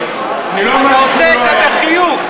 אתה עושה את זה בחיוך.